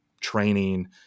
training